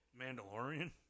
Mandalorian